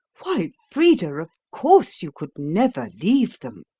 why, frida, of course you could never leave them.